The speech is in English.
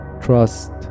trust